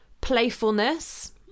playfulness